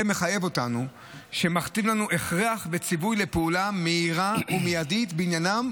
זה מכתיב לנו הכרח וציווי לפעולה מהירה ומיידית בעניינם,